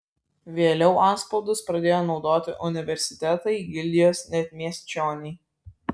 vėliau antspaudus pradėjo naudoti universitetai gildijos net miesčioniai